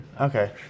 okay